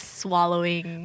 swallowing